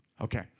Okay